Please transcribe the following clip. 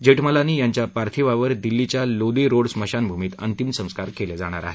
जेठमलानी यांच्या पार्थिवावर दिल्लीच्या लोदी रोड स्मशानभूमीत अंतिम संस्कार करण्यात येतील